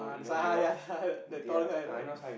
ah that's why ah ya ya that tall guy right